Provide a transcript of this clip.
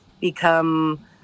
become